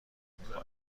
میکنیم